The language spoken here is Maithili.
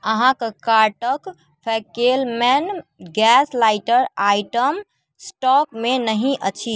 अहाँक कार्टक फैकेलमैन गैस लाइटर आइटम स्टॉकमे नहि अछि